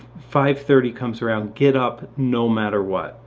five thirty comes around, get up no matter what.